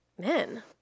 men